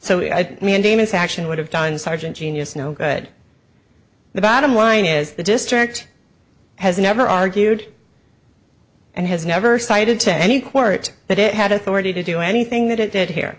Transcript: so i mean davis action would have done sergeant genius no good the bottom line is the district has never argued and has never cited to any court that it had authority to do anything that it did here